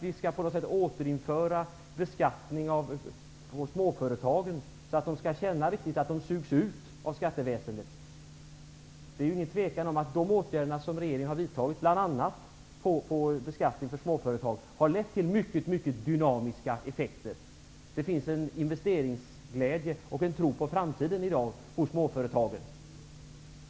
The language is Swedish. Vill han på något sätt återinföra beskattning av småföretag, så att de riktigt skall känna att de sugs ut av skatteväsendet? Det råder inga tvivel om att de åtgärder som regeringen har vidtaget bl.a. när det gäller beskattning av småföretag har lett till mycket dynamiska effekter. Det finns en investeringsglädje och en tro på framtiden i dag hos småföretagen.